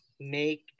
make